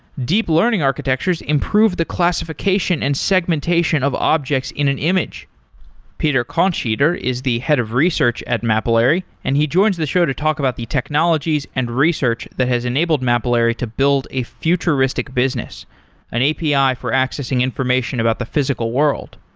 deep learning architectures improve the classification and segmentation of objects in an image peter kontschieder is the head of research at mapillary and he joins the show to talk about the technologies and research that has enabled mapillary to build a futuristic business an api for accessing information about the physical world